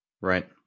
right